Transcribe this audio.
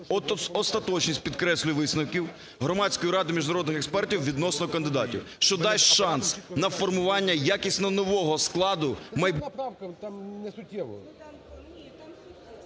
остаточність, підкреслюю, висновків Громадської ради міжнародних експертів відносно кандидатів, що дасть шанс на формування якісно нового складу… ГОЛОВУЮЧИЙ.